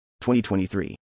2023